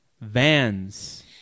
Vans